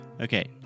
Okay